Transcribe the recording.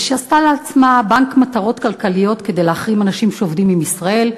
שעשה לעצמו בנק מטרות כלכליות כדי להחרים אנשים שעובדים עם ישראל,